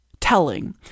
telling